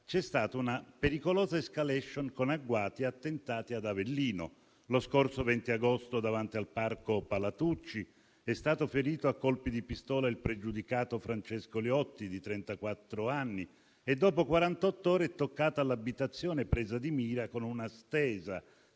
c'è stata una pericolosa *escalation* con agguati e attentati ad Avellino: lo scorso 20 agosto davanti al parco Palatucci è stato ferito a colpi di pistola il pregiudicato Francesco Liotti, di trentaquattro anni, e dopo quarantott'ore è toccato all'abitazione, presa di mira con una "stesa",